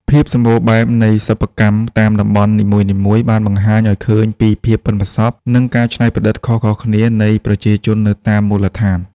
ភាពសម្បូរបែបនៃសិប្បកម្មតាមតំបន់នីមួយៗ បានបង្ហាញឱ្យឃើញពីភាពប៉ិនប្រសប់ និងការច្នៃប្រឌិតខុសៗគ្នានៃប្រជាជននៅតាមមូលដ្ឋាន។